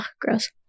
Gross